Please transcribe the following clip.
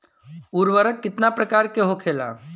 उर्वरक कितना प्रकार के होखेला?